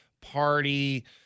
party